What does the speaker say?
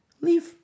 leave